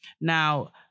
Now